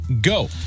go